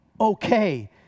okay